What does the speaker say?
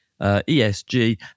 ESG